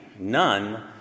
None